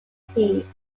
team